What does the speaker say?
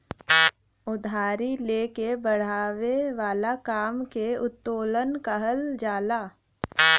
उधारी ले के बड़ावे वाला काम के उत्तोलन कहल जाला